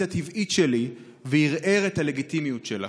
הטבעית שלי וערער את הלגיטימיות שלה.